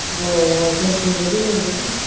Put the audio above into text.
र' अह फेनसिंबो दोनांगोन